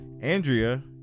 Andrea